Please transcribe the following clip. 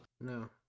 No